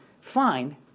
fine